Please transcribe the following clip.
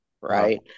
right